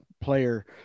player